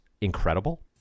incredible